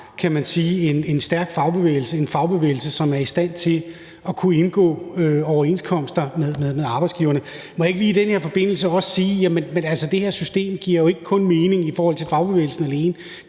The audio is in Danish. en fagbevægelse, som er i stand til at kunne indgå overenskomster med arbejdsgiverne. Må jeg ikke lige i den forbindelse også sige, at det her system jo ikke kun giver mening i forhold til fagbevægelsen alene.